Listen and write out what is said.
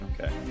Okay